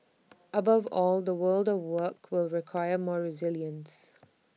above all the world of work will require more resilience